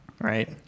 Right